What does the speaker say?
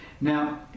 Now